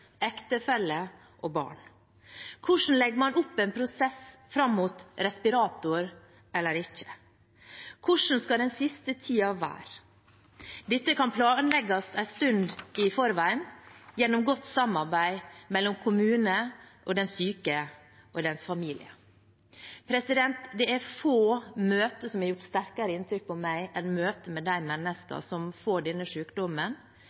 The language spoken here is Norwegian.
ektefelle og barn. Hvordan legger man opp en prosess fram mot å bruke respirator eller ikke? Hvordan skal den siste tiden være? Dette kan planlegges en stund i forveien gjennom godt samarbeid mellom kommunen, den syke og dennes familie. Det er få møter som har gjort sterkere inntrykk på meg enn møtene med de menneskene som får denne